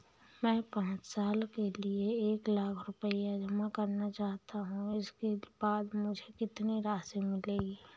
मैं पाँच साल के लिए एक लाख रूपए जमा करना चाहता हूँ इसके बाद मुझे कितनी राशि मिलेगी?